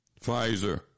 Pfizer